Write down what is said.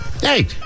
hey